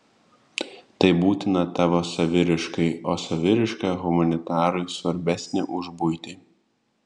tai būtina tavo saviraiškai o saviraiška humanitarui svarbesnė už buitį